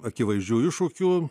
akivaizdžių iššūkių